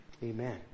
Amen